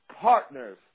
partners